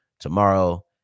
tomorrow